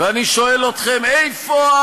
ואני שואל אתכם: איפה,